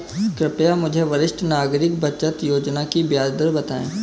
कृपया मुझे वरिष्ठ नागरिक बचत योजना की ब्याज दर बताएं